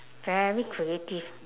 very creative